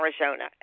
Arizona